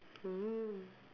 mm